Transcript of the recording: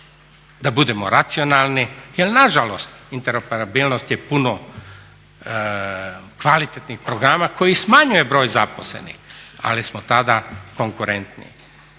da budemo racionalni, jel nažalost interoperabilnost je puno kvalitetnih programa koji smanjuje broj zaposlenih ali smo tada konkurentniji,